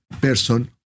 person